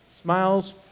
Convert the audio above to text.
smiles